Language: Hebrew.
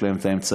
יש להן אמצעים.